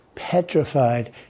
petrified